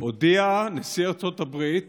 הודיע נשיא ארצות הברית